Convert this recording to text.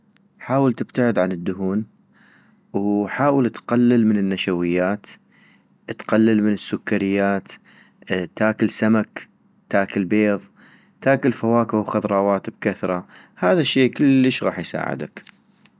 حاول تبتعد عن الدهون ، وحاول تقلل من النشويات ، تقلل من السكريات ، تاكل سمك ، تاكل بيض ، تاكل فواكه وخضراوات بكثرة - هذا الشي كلش غاح يساعدك